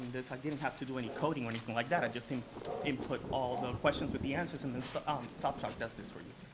i didn't have to do any coding or anything like that. i just um input all the questions with the answers and then so um softalk does this for you.